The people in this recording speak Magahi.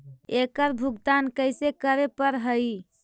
एकड़ भुगतान कैसे करे पड़हई?